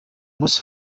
muss